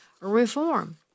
reform